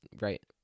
Right